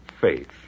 faith